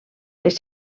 les